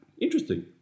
interesting